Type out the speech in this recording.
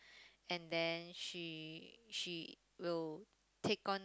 and then she she will take on